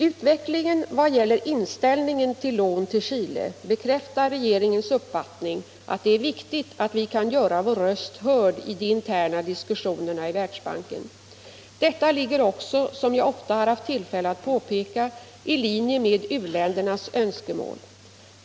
Utvecklingen i vad gäller inställningen till lån till Chile bekräftar regeringens uppfattning att det är viktigt att vi kan göra vår röst hörd i de interna diskussionerna i Världsbanken. Detta ligger också, som jag ofta har haft tillfälle att påpeka, i linje med u-ländernas önskemål.